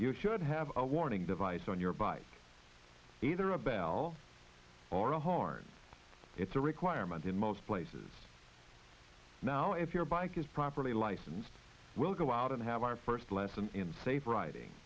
you should have a warning device on your bike either a bell or a horn it's a requirement in most places now if your bike is properly licensed will go out and have our first lesson in safe riding